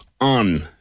on